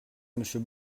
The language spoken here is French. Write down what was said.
monsieur